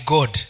God